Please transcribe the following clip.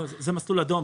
זה מסלול אדום.